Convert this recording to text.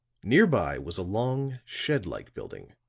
near by was a long, shed-like building,